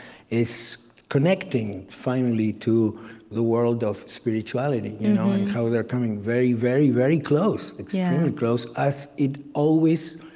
is connecting, finally, to the world of spirituality, you know and how they're coming very, very, very close, extremely close as it always,